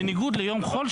בניגוד ליום חול,